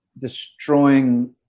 destroying